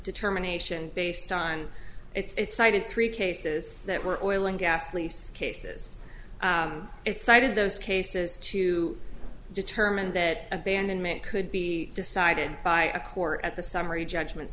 determination based on its cited three cases that were oil and gas lease cases it cited those cases to determine that abandonment could be decided by a court at the summary judgment